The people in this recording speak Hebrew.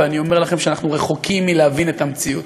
ואני אומר לכם שאנחנו רחוקים מלהבין את המציאות.